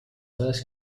dades